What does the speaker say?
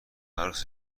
عروس